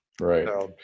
Right